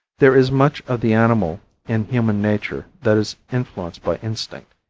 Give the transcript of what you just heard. there is much of the animal in human nature that is influenced by instinct,